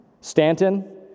Stanton